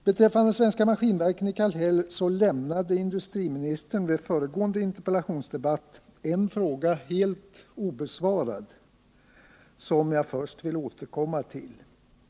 Beträffande Svenska Maskinverken i Kallhäll lämnade industriministern vid föregående interpellationsdebatt en fråga helt obesvarad, och jag vill först återkomma till den.